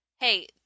Hey